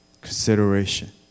consideration